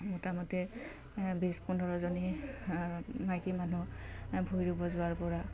মোটামুটি বিছ পোন্ধৰজনী মাইকী মানুহ ভূঁই ৰুব যোৱাৰ পৰা